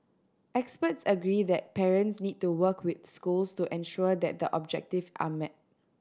experts agree that parents need to work with schools to ensure that the objective are met